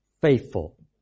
Faithful